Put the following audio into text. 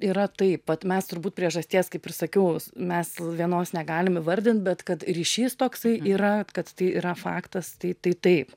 yra taip vat mes turbūt priežasties kaip ir sakiau s mes vienos negalim įvardint bet kad ryšys toksai yra kad tai yra faktas tai tai taip